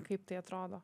kaip tai atrodo